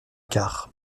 quarts